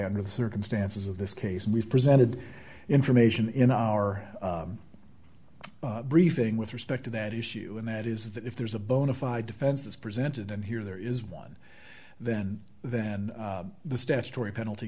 under the circumstances of this case we presented information in our briefing with respect to that issue and that is that if there's a bonafide defense that's presented and here there is one then then the statutory penalty